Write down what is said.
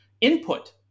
input